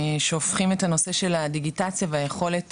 שהופכים את הנושא של הדיגיטציה והיכולת